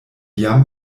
jam